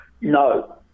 No